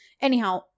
Anyhow